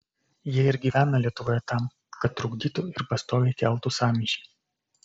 jie ir gyvena lietuvoje tam kad trukdytų ir pastoviai keltų sąmyšį